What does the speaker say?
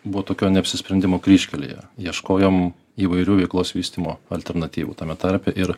buvo tokio neapsisprendimo kryžkelėje ieškojom įvairių veiklos vystymo alternatyvų tame tarpe ir